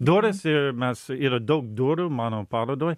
durys ir mes yra daug durių mano parodoj